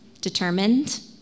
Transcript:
determined